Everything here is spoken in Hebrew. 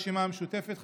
סיעת הרשימה המשותפת,